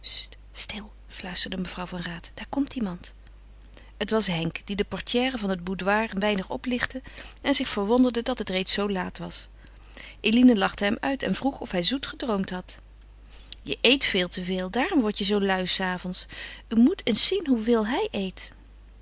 stil fluisterde mevrouw van raat daar komt iemand het was henk die de portière van het boudoir een weinig oplichtte en zich verwonderde dat het reeds zoo laat was eline lachte hem uit en vroeg of hij zoet gedroomd had je eet veel te veel daarom wordt je zoo lui s avonds u moest eens zien hoeveel hij eet